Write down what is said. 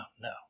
no